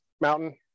mountain